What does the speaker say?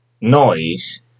noise